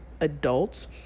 adults